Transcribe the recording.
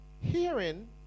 Hearing